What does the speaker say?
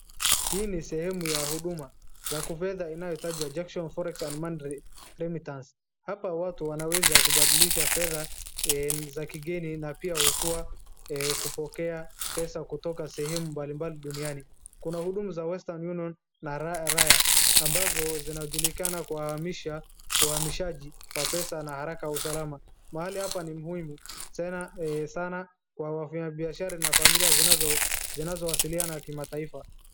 Hii ni sehemu ya huduma za kifedha inayoitwa Junction Forex and Money Remitance. Hapa watu wanaweza kubadilisha fedha za kigeni na pia kutoa, kupokea pesa kutoka sehemu mbali mbali duniani. Kuna hudumu za Western Union na RayaRaya ambazo zinajulikana kuhamishaji wa pesa na haraka wa usalama, mahali hapa ni muhimu sana kwa wafanya biashara na familia zinazowasiliana kimataifa.